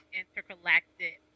intergalactic